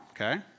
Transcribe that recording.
okay